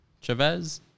Chavez